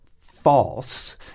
false